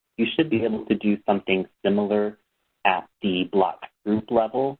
you should be able to do something similar at the block group level